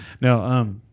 No